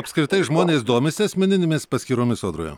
apskritai žmonės domisi asmeninėmis paskyromis sodroje